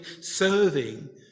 serving